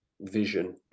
vision